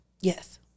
yes